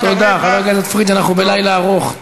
תודה, תודה, חבר הכנסת פריג', אנחנו בלילה ארוך.